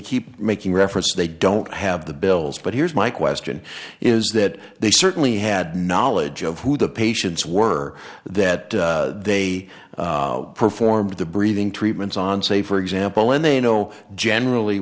keep making reference they don't have the bills but here's my question is that they certainly had knowledge of who the patients were that they performed the breathing treatments on say for example and they know generally